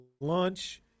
lunch